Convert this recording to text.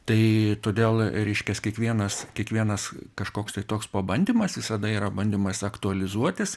tai todėl reiškias kiekvienas kiekvienas kažkoks tai toks pabandymas visada yra bandymas aktualizuotis